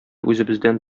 үзебездән